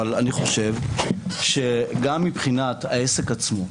אבל אני חושב שגם מבחינת העסק עצמו,